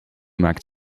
maakt